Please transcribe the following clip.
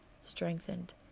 strengthened